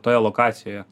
toje lokacijoje